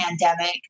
pandemic